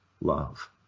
love